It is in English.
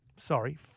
sorry